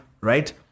right